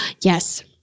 Yes